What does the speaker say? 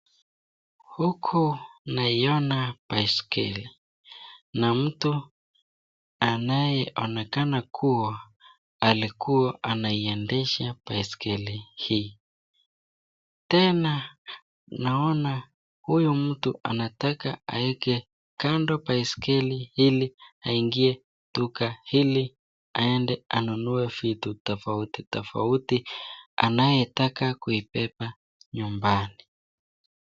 Huku naiona baiskeli na mtu anayeonekana kuwa alikuwa anaiendesha baiskeli hii. Tena naona huyu mtu anataka aweke kando baiskeli ili aingie duka hili aende anunue vitu tofauti tofauti anayotaka kuibeba nyumbani.